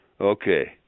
Okay